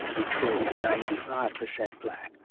detroit is ninety five percent black.